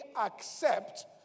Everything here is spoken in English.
accept